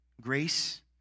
grace